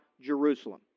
jerusalem